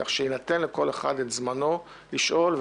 כך שיינתן לכל אחד זמנו לשאול,